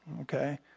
okay